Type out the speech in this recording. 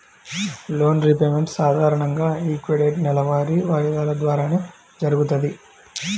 loan repayment సాధారణంగా equated నెలవారీ వాయిదాల ద్వారానే జరుగుతది